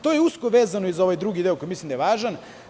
To je usko vezano i za ovaj drugi deo, koji mislim da je važan.